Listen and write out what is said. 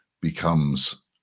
becomes